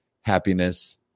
happiness